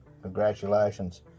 Congratulations